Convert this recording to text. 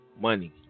money